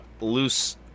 loose